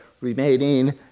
remaining